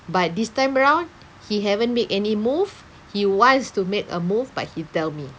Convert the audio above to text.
but this time around he haven't made any move he wants to make a move but he tell me